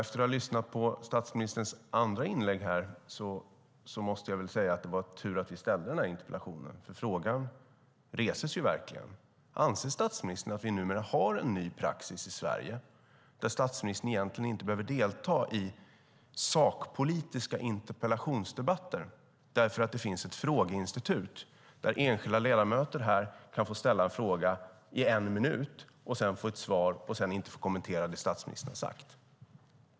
Efter att ha lyssnat på statsministerns andra inlägg måste jag säga att det var tur att jag ställde den här interpellationen, för frågan reses ju verkligen: Anser statsministern att vi numera har en ny praxis i Sverige där statsministern egentligen inte behöver delta i sakpolitiska interpellationsdebatter därför att det finns ett frågeinstitut där enskilda ledamöter kan ställa en fråga i en minut, få ett svar och sedan inte få kommentera det statsministern har sagt?